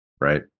Right